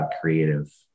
creative